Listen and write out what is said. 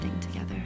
together